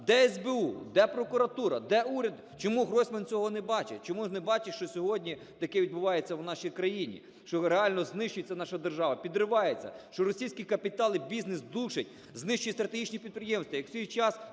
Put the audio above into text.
Де СБУ, де прокуратура, де уряд? Чому Гройсман цього не бачить, чому ж не бачить, що сьогодні таке відбувається в нашій країні, що реально знищується наша держава, підривається, що російський капітал і бізнес душать, знищують стратегічні підприємства. Як в свій час